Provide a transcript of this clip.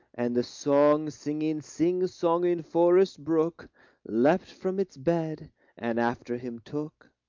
and the song-singing, sing-songing forest brook leaped from its bed and after him took,